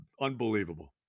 Unbelievable